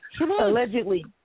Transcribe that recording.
Allegedly